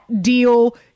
deal